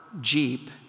Jeep